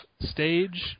stage